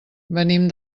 venim